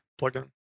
plugin